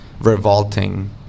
revolting